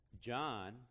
John